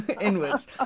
inwards